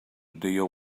deal